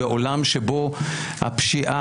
בעולם שבו הפשיעה,